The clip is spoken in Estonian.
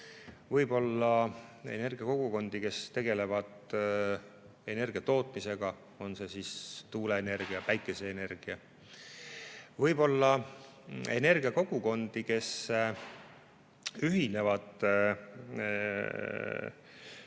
Võib olla energiakogukondi, kes tegelevad energia tootmisega, on see siis tuuleenergia või päikeseenergia. Võib olla energiakogukondi, kes ühinevad sellel